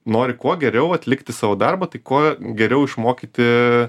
nori kuo geriau atlikti savo darbą tai kuo geriau išmokyti